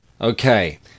Okay